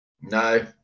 no